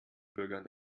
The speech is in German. bürgern